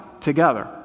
together